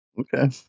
Okay